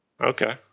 Okay